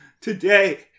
today